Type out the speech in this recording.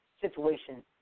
situation